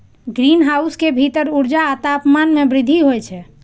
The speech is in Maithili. ग्रीनहाउस के भीतर ऊर्जा आ तापमान मे वृद्धि होइ छै